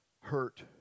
hurt